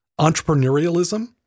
entrepreneurialism